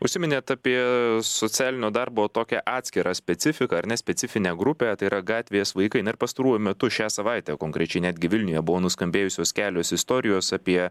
užsiminėt apie socialinio darbo tokią atskirą specifiką ar ne specifinę grupę tai yra gatvės vaikai na ir pastaruoju metu šią savaitę konkrečiai netgi vilniuje buvo nuskambėjusios kelios istorijos apie